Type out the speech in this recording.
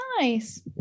nice